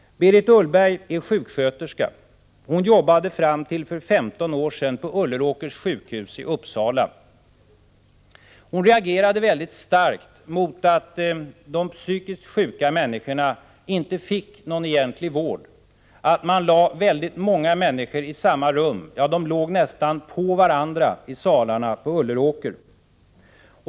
Berit Ullberg är sjuksköterska. Hon jobbade fram till för 15 år sedan på Ulleråkers sjukhus i Uppsala. Hon reagerade mycket starkt mot att de psykiskt sjuka människorna inte fick någon egentlig vård, att man lade många människor i samma rum — ja, de låg nästan på varandra i salarna på Ulleråker.